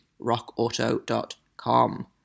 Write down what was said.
rockauto.com